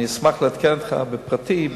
אני אשמח לעדכן אותך בפרטים בהמשך.